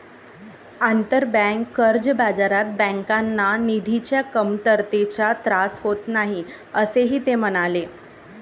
आंतरबँक कर्ज बाजारात बँकांना निधीच्या कमतरतेचा त्रास होत नाही, असेही ते म्हणाले